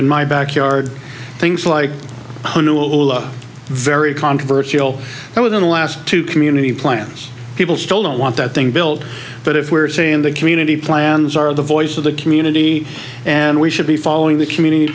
in my backyard things like hunter will a very controversial within the last two community plans people still don't want that thing built but if we're saying the community plans are the voice of the community and we should be following the community